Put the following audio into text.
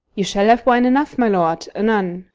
you shall have wine enough, my lord, anon.